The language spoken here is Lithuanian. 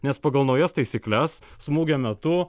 nes pagal naujas taisykles smūgio metu